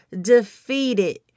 defeated